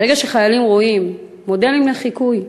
ברגע שחיילים רואים מודלים לחיקוי,